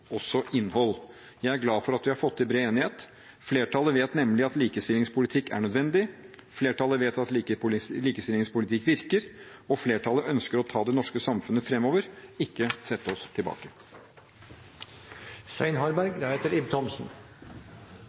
også innhold. Jeg er glad for at vi har fått til bred enighet. Flertallet vet nemlig at likestillingspolitikk er nødvendig, flertallet vet at likestillingspolitikk virker, og flertallet ønsker å ta det norske samfunnet fremover, ikke sette oss